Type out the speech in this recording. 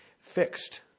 fixed